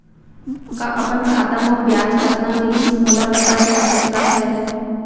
का अपन खाता म ब्याज कतना मिलिस मोला पता चल सकता है?